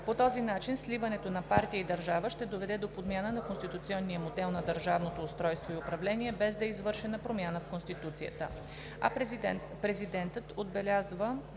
По този начин сливането на партия и държава ще доведе до подмяна на конституционния модел на държавното устройство и управление, без да е извършена промяна в Конституцията. Президентът отбелязва